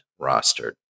rostered